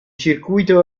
circuito